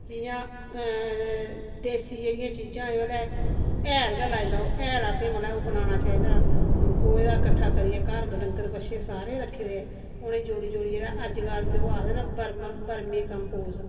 जियां एह् देसी जेहड़ियां चीजां ओह् ता हैल गै लाई लैओ हैल असें मतलब ओह् बनाना चाहिदा गोहे दा कट्ठा करियै घर डंगर बच्छे सारें रक्खे दे ऐ उनें जोड़ी जोड़ियै ते अज्ज कल्ल ते ओह् आखदे नै बर्मी बर्मी कम्पोज्ड